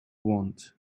want